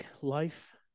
life